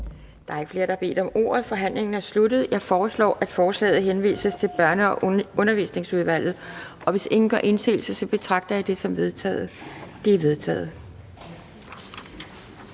Der er ikke flere, der har bedt om ordet, så forhandlingen er sluttet. Jeg foreslår, at forslaget til folketingsbeslutning henvises til Børne- og Undervisningsudvalget. Hvis ingen gør indsigelse, betragter jeg det som vedtaget. Det er vedtaget.